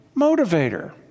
motivator